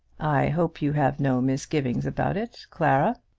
i hope you have no misgivings about it, clara.